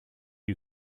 you